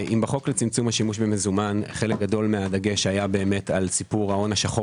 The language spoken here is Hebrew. אם בחוק לצמצום השימוש במזומן חלק גדול מהדגש היה על סיפור ההון השחור